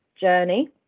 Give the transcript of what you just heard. journey